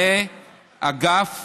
למחלקה